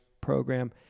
program